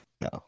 No